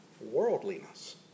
worldliness